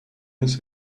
his